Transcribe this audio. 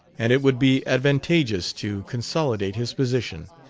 and it would be advantageous to consolidate his position.